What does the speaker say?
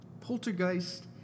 Poltergeist